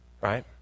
Right